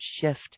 shift